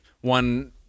one